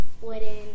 wooden